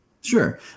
Sure